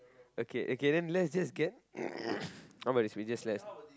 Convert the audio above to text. okay okay then let's just get I want to buy this it's just less